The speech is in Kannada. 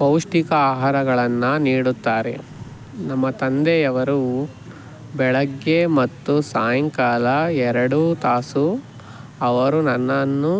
ಪೌಷ್ಟಿಕ ಆಹಾರಗಳನ್ನು ನೀಡುತ್ತಾರೆ ನಮ್ಮ ತಂದೆಯವರು ಬೆಳಿಗ್ಗೆ ಮತ್ತು ಸಾಯಂಕಾಲ ಎರಡು ತಾಸು ಅವರು ನನ್ನನ್ನು